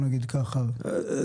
זה